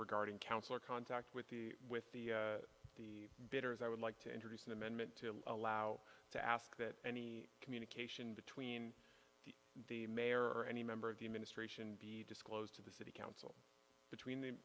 regarding counselor contact with the with the the bitters i would like to introduce an amendment to allow to ask that any communication between the mayor or any member of the administration be disclosed to the city